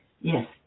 yes